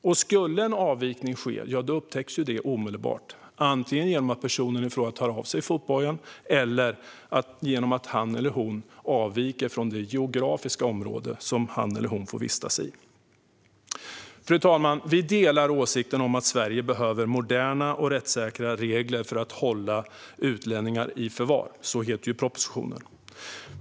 Och skulle en avvikning ske upptäcks det ju omedelbart, antingen genom att personen i fråga tar av sig fotbojan eller genom att han eller hon avviker från det geografiska område som han eller hon får vistas i. Fru talman! Vi delar åsikten att Sverige behöver moderna och rättssäkra regler för att hålla utlänningar i förvar. Så heter ju propositionen.